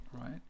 right